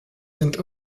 sind